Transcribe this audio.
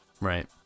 Right